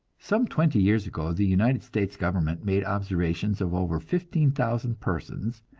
some twenty years ago the united states government made observations of over fifteen thousand persons,